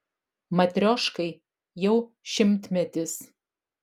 matrioškai jau šimtmetis